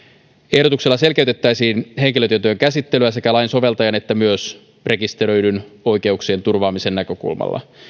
ehdotuksella selkeytettäisiin henkilötietojen käsittelyä sekä lainsoveltajan että myös rekisteröidyn oikeuksien turvaamisen näkökulmasta